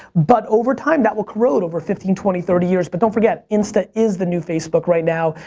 but over time that will corrode over fifteen, twenty, thirty years, but don't forget insta is the new facebook right now.